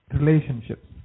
relationships